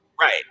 Right